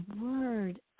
word